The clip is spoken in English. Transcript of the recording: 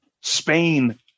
Spain